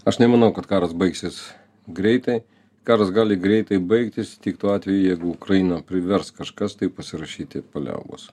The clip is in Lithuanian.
aš nemanau kad karas baigsis greitai karas gali greitai baigtis tik tuo atveju jeigu ukrainą privers kažkas taip pasirašyti paliaubos